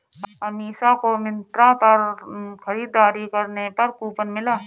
अमीषा को मिंत्रा पर खरीदारी करने पर कूपन मिला